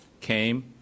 came